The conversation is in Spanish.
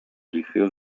liceo